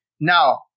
Now